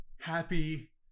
happy